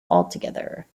altogether